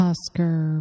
Oscar